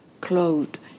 clothed